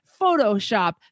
Photoshop